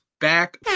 back